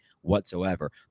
whatsoever